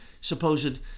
supposed